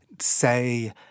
say